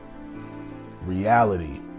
reality